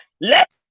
let